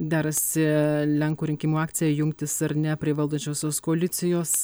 derasi lenkų rinkimų akcija jungtis ar ne prie valdančiosios koalicijos